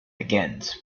begins